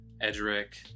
Edric